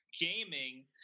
gaming